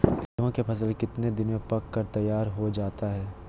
गेंहू के फसल कितने दिन में पक कर तैयार हो जाता है